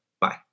Bye